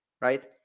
right